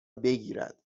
بگیرد